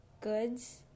goods